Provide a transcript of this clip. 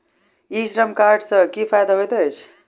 ई श्रम कार्ड सँ की फायदा होइत अछि?